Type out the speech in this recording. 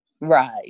right